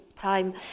time